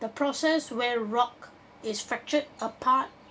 the process where rock is fractured apart